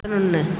பதினொன்னு